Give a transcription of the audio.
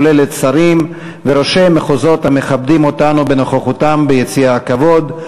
הכוללת שרים וראשי מחוזות המכבדים אותנו בנוכחותם ביציע הכבוד.